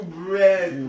bread